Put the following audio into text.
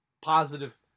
positive